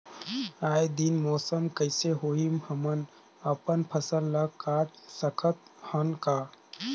आय दिन मौसम कइसे होही, हमन अपन फसल ल काट सकत हन का?